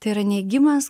tai yra neigimas